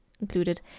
included